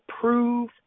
prove